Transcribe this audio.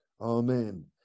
amen